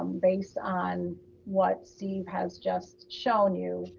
um based on what steve has just shown you,